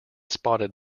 spotted